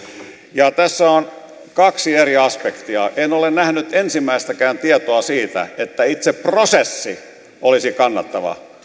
ja tässä on kaksi eri aspektia en ole nähnyt ensimmäistäkään tietoa siitä että itse prosessi olisi kannattava